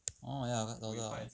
orh ya 找到了